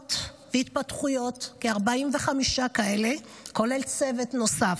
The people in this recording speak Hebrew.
שכליות והתפתחותיות, כ-45 כאלה, כולל צוות נוסף.